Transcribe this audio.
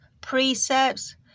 precepts